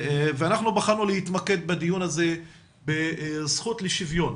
אנחנו בחרנו להתמקד בדיון הזה בזכות לשוויון.